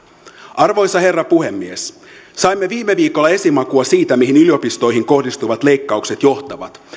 arvoisa herra puhemies saimme viime viikolla esimakua siitä mihin yliopistoihin kohdistuvat leikkaukset johtavat